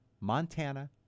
Montana